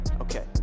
okay